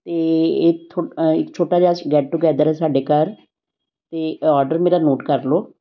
ਅਤੇ ਇੱਥੋਂ ਇਕ ਛੋਟਾ ਜਿਹਾ ਗੈਟ ਟੂਗੈਦਰ ਸਾਡੇ ਘਰ ਅਤੇ ਔਡਰ ਮੇਰਾ ਨੋਟ ਕਰ ਲਓ